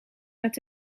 met